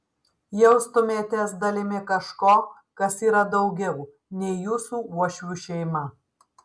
jaustumėtės dalimi kažko kas yra daugiau nei jūsų uošvių šeima